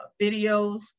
videos